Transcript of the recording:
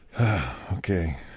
Okay